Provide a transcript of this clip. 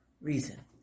reason